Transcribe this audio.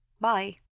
Bye